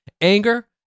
anger